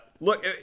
Look